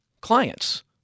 clients